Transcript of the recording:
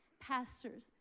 pastors